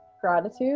gratitude